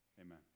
Amen